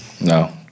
No